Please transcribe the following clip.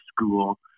school